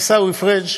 עיסאווי פריג',